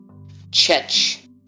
Chech